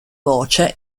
voce